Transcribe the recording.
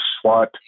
SWAT